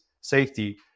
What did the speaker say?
safety